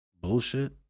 bullshit